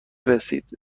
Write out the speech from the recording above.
رسید